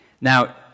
Now